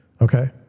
okay